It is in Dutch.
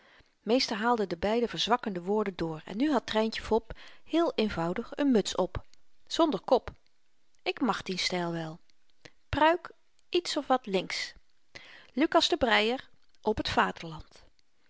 meester haalde de beide verzwakkende woorden door en nu had tryntje fop heel eenvoudig n muts p zonder kp ik mag dien styl wel pruik iets of wat links lukas de bryer op het vaderland